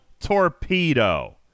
Torpedo